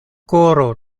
koro